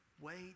wait